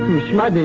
sushma!